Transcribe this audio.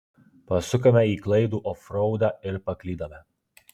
pasukome į klaidų ofraudą ir paklydome